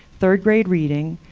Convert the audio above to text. third grade reading,